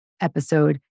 episode